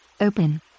open